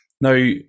now